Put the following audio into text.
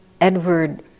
Edward